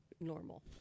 normal